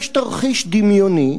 יש תרחיש דמיוני,